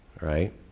right